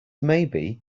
maybe